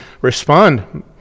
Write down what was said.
respond